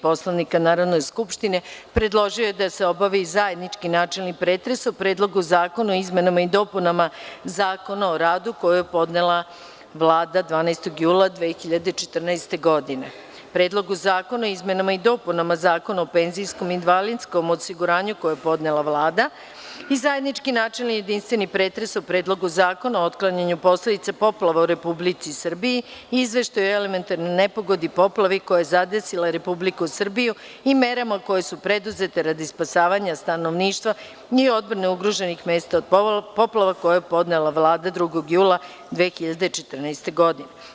Poslovnika Narodne skupštine, predložio je da se obavi: -zajednički načelni pretres o: Predlogu zakona o izmenama i dopunama Zakona o radu, koji je podnela Vlada 12. jula 2014. godine i Predlogu zakona o izmenama i dopunama Zakona o penzijskom i invalidskom osiguranju, koji je podnela Vlada, i -zajednički načelni i jedinstveni pretres o: Predlogu zakona o otklanjanju posledica poplava u Republici Srbiji i Izveštaju o elementarnoj nepogodi – poplavi koja je zadesila Republiku Srbiju i merama koje su preduzete radi spasavanja stanovništva i odbrane ugroženih mesta od poplava, koji je podnela Vlada 2. jula 2014. godine.